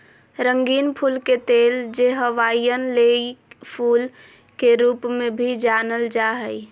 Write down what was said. रंगीन फूल के तेल, जे हवाईयन लेई फूल के रूप में भी जानल जा हइ